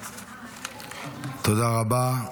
תודה רבה.